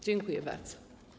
Dziękuję bardzo.